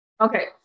okay